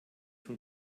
von